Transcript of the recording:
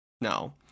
No